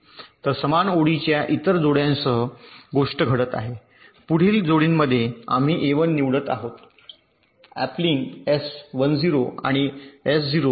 तर समान ओळीच्या इतर जोड्यांसह गोष्ट घडत आहे पुढील जोडीमध्ये आम्ही ए 1 ने निवडत आहोत अॅपलिंग एस 1 0 आणि एस 0